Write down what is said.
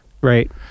Right